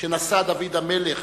שנשא דוד המלך